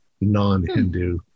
non-Hindu